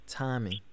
Timing